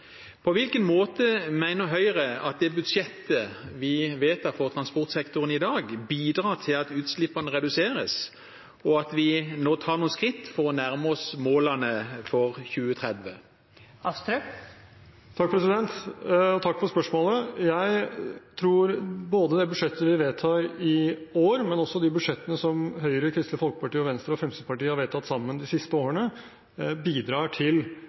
På hvilken måte mener Høyre at det budsjettet vi vedtar på transportsektoren i dag, bidrar til at utslippene reduseres, og at vi nå tar noen skritt for å nærme oss målene for 2030? Takk for spørsmålet. Jeg tror at det budsjettet vi vedtar i år, men også de budsjettene som Høyre, Kristelig Folkeparti, Venstre og Fremskrittspartiet har vedtatt sammen de siste årene, bidrar til